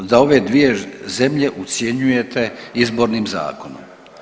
Da ove dvije zemlje ucjenjujete izbornim zakonom.